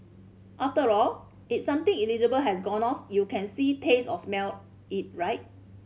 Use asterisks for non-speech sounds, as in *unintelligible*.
after all if something *unintelligible* has gone off you can see taste or smell it right